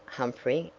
humphrey,